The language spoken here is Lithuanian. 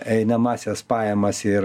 einamąsias pajamas ir